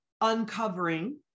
uncovering